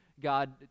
God